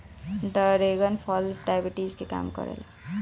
dragon फल diabetes के कम करेला